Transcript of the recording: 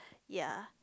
ya